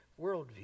worldview